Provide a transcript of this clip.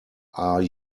are